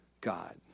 God